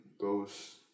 goes